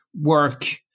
work